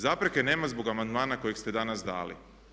Zapreke nema zbog amandmana kojeg ste danas dali.